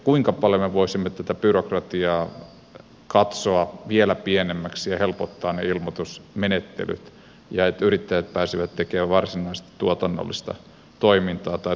kuinka paljon me voisimme tätä byrokratiaa katsoa vielä pienemmäksi ja helpottaa niitä ilmoitusmenettelyjä että yrittäjät pääsevät tekemään varsinaista tuotannollista toimintaa tai tuloksellista toimintaa